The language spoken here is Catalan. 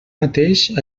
mateix